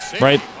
right